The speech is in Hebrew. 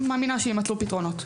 אני מאמינה שיימצאו פתרונות.